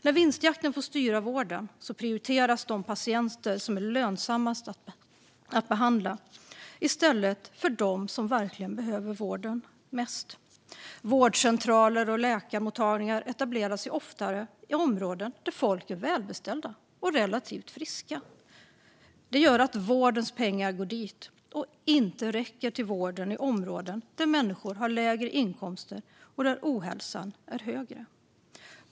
När vinstjakten får styra vården prioriteras de patienter som är lönsammast att behandla i stället för dem som verkligen behöver vården mest. Vårdcentraler och läkarmottagningar etableras oftare i områden där folk är välbeställda och relativt friska. Det gör att vårdens pengar går dit och inte räcker till vården i områden där människor har lägre inkomster och där ohälsan är högre.